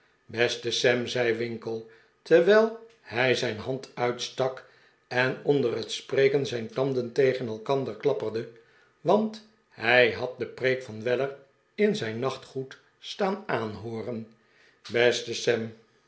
beste sam zei winkle terwijl hij zijn hand uitstak en onder het spreken zijn tanden tegen elkander klapperden want hij had de preek van weller in zijn nachtgoed staan aanhooren beste sam